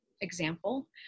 example